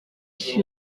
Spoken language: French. fut